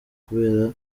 kubera